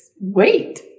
wait